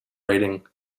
raiding